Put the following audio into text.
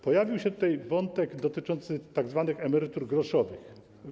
Pojawił się tutaj wątek dotyczący tzw. emerytur groszowych.